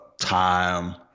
time